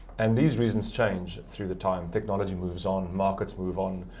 and these reasons change through the time. technology moves on, markets move on,